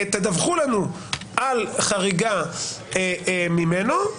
תדווחו על חריגה ממנו,